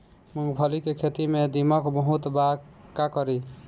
मूंगफली के खेत में दीमक बहुत बा का करी?